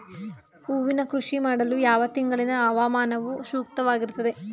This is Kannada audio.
ಹೂವಿನ ಕೃಷಿ ಮಾಡಲು ಯಾವ ತಿಂಗಳಿನ ಹವಾಮಾನವು ಸೂಕ್ತವಾಗಿರುತ್ತದೆ?